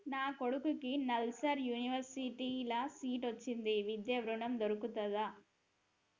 నా కొడుకుకి నల్సార్ యూనివర్సిటీ ల సీట్ వచ్చింది విద్య ఋణం దొర్కుతదా?